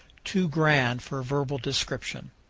too grand for verbal description.